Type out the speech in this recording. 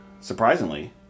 surprisingly